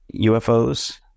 UFOs